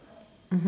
mmhmm